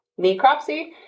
necropsy